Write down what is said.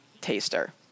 taster